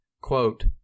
Quote